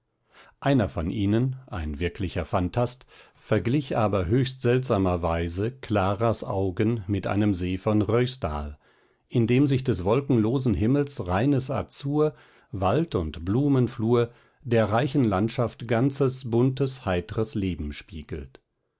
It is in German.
einer von ihnen ein wirklicher fantast verglich aber höchstseltsamer weise claras augen mit einem see von ruisdael in dem sich des wolkenlosen himmels reines azur wald und blumenflur der reichen landschaft ganzes buntes heitres leben spiegelt